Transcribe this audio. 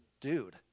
dude